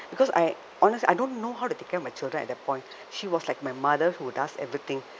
because I honestly I don't know how to take care of my children at that point she was like my mother who does everything